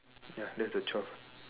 ya that's the twelfth